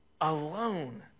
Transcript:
Alone